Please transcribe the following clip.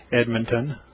Edmonton